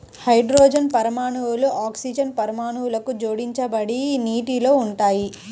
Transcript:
hydrogen పరమాణువులు oxygen అణువుకు జోడించబడి నీటిలో ఉంటాయి